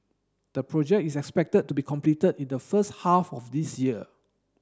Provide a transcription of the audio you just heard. the project is expected to be completed in the first half of this year